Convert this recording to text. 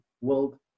world